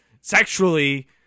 sexually